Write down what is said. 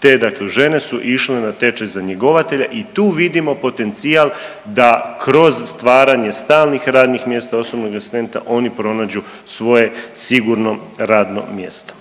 te dakle žene su išle na tečaj za njegovatelja i tu vidimo potencijal da kroz stvaranje stalnih radnih mjesta osobnog asistenta oni pronađu svoje sigurno radno mjesto.